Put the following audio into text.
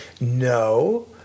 No